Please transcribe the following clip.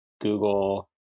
Google